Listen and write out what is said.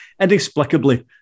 inexplicably